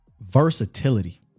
Versatility